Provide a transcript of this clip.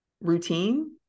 routine